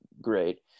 great